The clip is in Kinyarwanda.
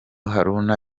haruna